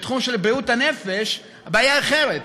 בתחום של בריאות הנפש הבעיה היא אחרת,